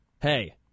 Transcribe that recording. Hey